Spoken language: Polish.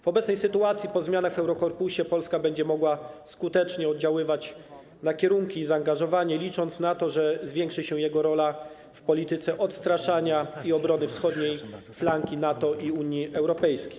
W obecnej sytuacji, po zmianach w Eurokorpusie Polska będzie mogła skutecznie oddziaływać na kierunki i zaangażowanie, licząc na to, że zwiększy się jego rola w polityce odstraszania i obrony wschodniej flanki NATO i Unii Europejskiej.